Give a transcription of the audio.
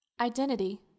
identity